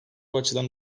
açıdan